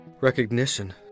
Recognition